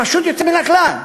פשוט יוצא מן הכלל.